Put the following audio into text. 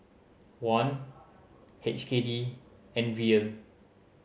Won H K D and Riel